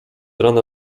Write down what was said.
rana